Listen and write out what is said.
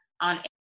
on